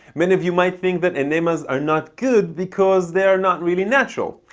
many of you might think that enemas are not good because they're not really natural.